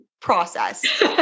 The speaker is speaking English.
process